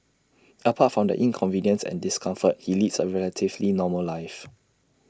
apart from the inconvenience and discomfort he leads A relatively normal life